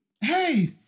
Hey